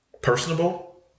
personable